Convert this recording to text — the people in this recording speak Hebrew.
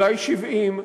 אולי 70?